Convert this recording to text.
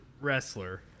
wrestler